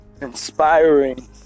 inspiring